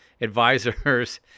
advisors